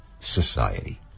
society